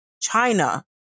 China